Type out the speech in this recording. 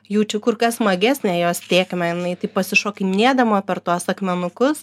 jaučiu kur kas smagesnę jos tėkmę jinai taip pasišokinėdama per tuos akmenukus